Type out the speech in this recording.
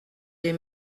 des